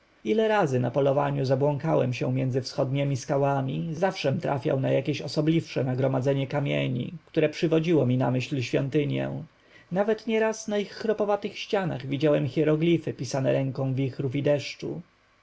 ile razy na polowaniu zabłąkałem się między wschodniemi skałami zawszem trafił na jakieś osobliwsze nagromadzenie kamieni które przywodziło mi na myśl świątynię nawet nieraz na ich chropowatych ścianach widziałem hieroglify pisane ręką wichrów i deszczu